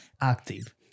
active